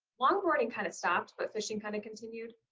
longboarding kind of stopped, but fishing kind of continued.